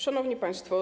Szanowni Państwo!